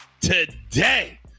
today